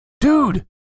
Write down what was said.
Dude